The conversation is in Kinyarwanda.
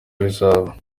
bizaba